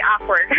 awkward